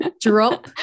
drop